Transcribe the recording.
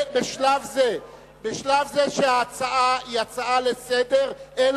שההצעה היא הצעה לסדר-היום,